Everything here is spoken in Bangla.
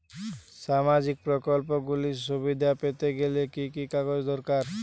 সামাজীক প্রকল্পগুলি সুবিধা পেতে গেলে কি কি কাগজ দরকার?